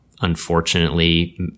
unfortunately